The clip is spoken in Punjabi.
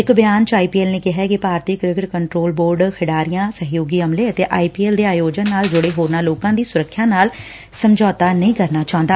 ਇਕ ਬਿਆਨ ਚ ਆਈ ਪੀ ਐਲ ਨੇ ਕਿਹੈ ਕਿ ਭਾਰਤੀ ਕੁਕਟ ਕੰਟਰੋਲ ਬੋਰਡ ਖਿਡਾਰੀਆਂ ਸਹਿਯੋਗੀ ਅਮਲੇ ਅਤੇ ਆਈ ਪੀ ਐਲ ਦੇ ਆਯੋਜਨ ਨਾਲ ਜੁੜੇ ਹੋਰਨਾ ਲੋਕਾ ਦੀ ਸੁਰੱਖਿਆ ਨਾਲ ਸਮਝੌਤਾ ਨਹੀ ਕਰਨਾ ਚਾਹੁੰਦਾ